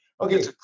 Okay